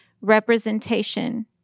representation